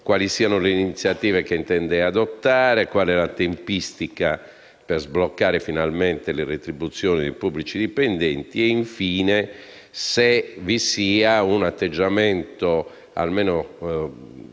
quali siano le iniziative che intende adottare, qual è la tempistica per sbloccare le retribuzioni dei pubblici dipendenti e, infine, se vi sia un atteggiamento adeguato